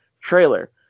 trailer